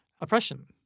oppression